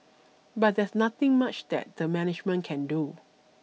but there is nothing much that the management can do